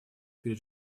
перед